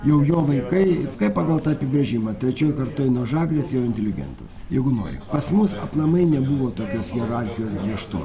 jau jo vaikai kaip pagal apibrėžimą trečioj kartoj nuo žagrės jau inteligentas jeigu nori pas mus aplamai nebuvo tokios hierarchijos griežtos